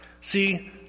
See